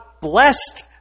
blessed